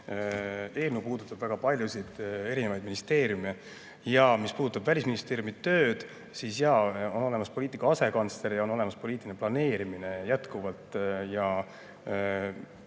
eelnõu puudutab väga paljusid ministeeriume. Mis puudutab Välisministeeriumi tööd, siis jaa, on olemas poliitika asekantsler ja on olemas poliitiline planeerimine jätkuvalt, ja